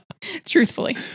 truthfully